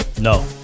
No